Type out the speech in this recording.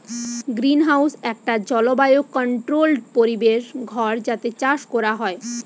greenhouse একটা জলবায়ু controlled পরিবেশ ঘর যাতে চাষ কোরা হয়